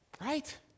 right